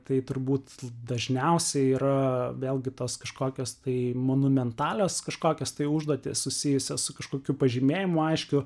tai turbūt dažniausiai yra vėlgi tos kažkokios tai monumentalios kažkokios tai užduotys susijusios su kažkokiu pažymėjimu aiškiu